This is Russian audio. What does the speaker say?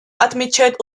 отмечают